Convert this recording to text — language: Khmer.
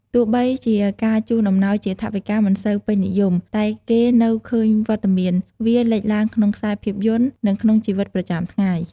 ទោះបីជាការជូនអំណោយជាថវិកាមិនសូវពេញនិយម តែគេនៅឃើញវត្តមានវាលេចឡើងក្នុងខ្សែភាពយន្ត និងក្នុងជីវិតប្រចាំថ្ងៃ។